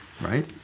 Right